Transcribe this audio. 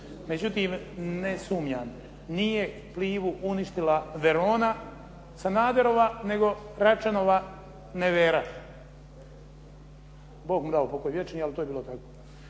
Međutim, ne sumnjam, nije Plivu uništila Verona Sanaderova, nego Račanova nevera. Bog mu dao pokoj vječni, ali to je bilo tako.